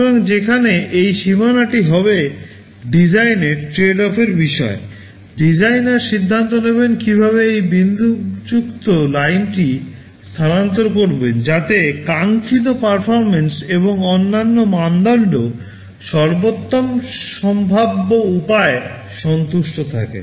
সুতরাং যেখানে এই সীমানাটি হবে ডিজাইনের ট্রেড অফের বিষয় ডিজাইনার সিদ্ধান্ত নেবেন কীভাবে এই বিন্দুযুক্ত লাইনটি স্থানান্তর করবেন যাতে কাঙ্ক্ষিত পারফরম্যান্স এবং অন্যান্য মানদণ্ড সর্বোত্তম সম্ভাব্য উপায়ে সন্তুষ্ট থাকে